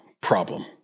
problem